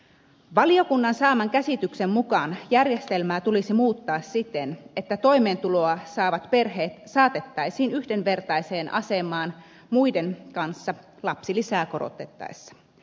valiokunnan saaman käsityksen mukaan järjestelmää tulisi muuttaa siten että toimeentulotukea saavat perheet saatettaisiin yhdenvertaiseen asemaan muiden kanssa lapsilisää korotettaessa